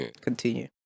Continue